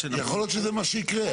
יכול להיות שזה מה שיקרה.